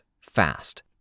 fast